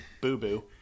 boo-boo